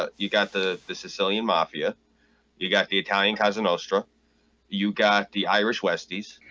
ah you got the the sicilian mafia you got the italian casa nostra you got the irish westies.